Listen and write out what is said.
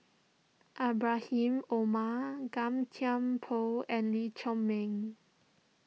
Ibrahim Omar Gan Thiam Poh and Lee Chiaw Meng